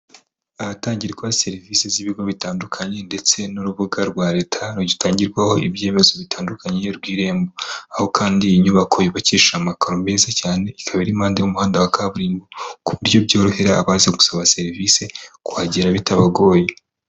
Ahatangirwa serivisi z'ibigo bitandukanye ndetse n'urubuga rwa leta rugitangirwaho ibyemezo bitandukanye rw'irembo, aho kandi inyubako yubakishije amakaro meza cyane, ikaba ari impande y'umuhanda wa kaburimbo, ku buryo byorohera abaza gusaba serivisi kuhagera bitabagoye.